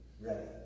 ready